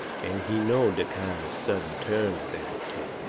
and he knowed the kind of sudden turns they will take,